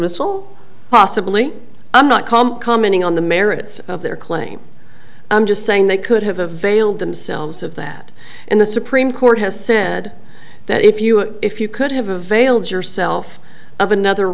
dismissal possibly i'm not comp commenting on the merits of their claim i'm just saying they could have a veiled themselves of that in the supreme court has said that if you if you could have a veiled yourself of another